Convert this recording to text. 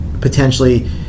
potentially